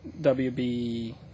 WB